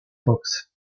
fox